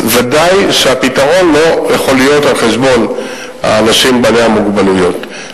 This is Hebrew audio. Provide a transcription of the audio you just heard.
אז ודאי שהפתרון לא יכול להיות על חשבון האנשים בעלי המוגבלות.